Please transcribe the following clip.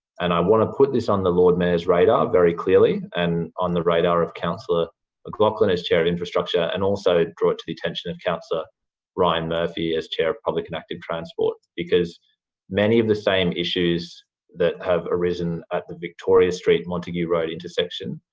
i want to put this on the lord mayor's radar very clearly, and on the radar of councillor mclachlan as chair of infrastructure, and also draw it to the attention of councillor ryan murphy as chair of public and active transport, because many of the same issues that have arisen at the victoria street and montague road intersection,